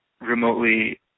Remotely